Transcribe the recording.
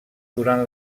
durant